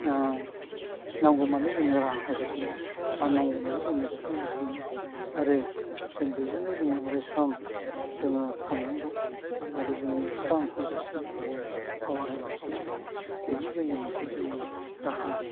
नांगौ मानि जोंनो राहा होगासिनो दं आरो नांगौ मानि जोंनो सुफुंगासिनो दं आरो जों बेजोंनो जोंनि अरायसम जोङो थांनानै दं आरो जोंनो स्रां होगासिनो दं पावार होगासिनो दं बेनो जोंनि मोनसे जिउनि राहा